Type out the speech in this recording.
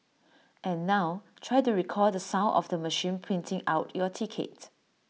and now try to recall the sound of the machine printing out your ticket